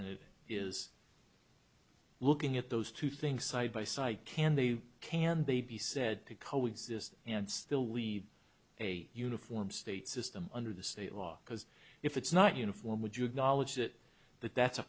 and it is looking at those two things side by side can be can be be said to co exist and still we a uniform state system under the state law because if it's not uniform would you acknowledge that that that's a